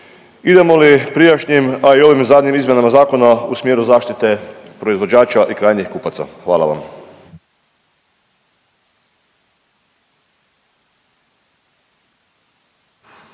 Idemo li prijašnjim, a i ovim zadnjim izmjenama zakona u smjeru zaštite proizvođača i krajnjih kupaca? Hvala vam.